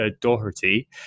doherty